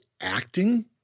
acting